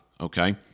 Okay